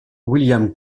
william